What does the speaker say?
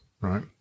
right